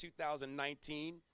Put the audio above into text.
2019